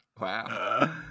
Wow